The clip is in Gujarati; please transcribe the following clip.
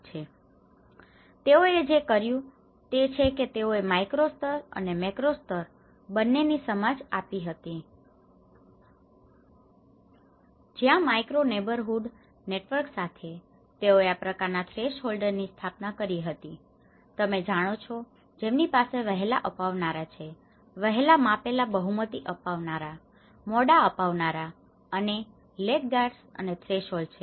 અને તેઓએ જે કર્યું હતું તે એ છે કે તેઓએ માઈક્રો સ્તર અને મેક્રો સ્તર બંને ની સમાજ આપી હતી જ્યાં માઈક્રો નેઈબરહૂડ નેટવર્ક સાથે તેઓએ આ પ્રકારનાં થ્રેશહોલ્ડ ની સ્થાપના કરી હતી તમે જાણી છો જેમની પાસે વહેલા આપનાવનારા છે વહેલા માપેલા બહુમતી આપનાવનારા મોડા આપનાવનારા અને લેગગાર્ડસ અને આ થ્રેશહોલ્ડ છે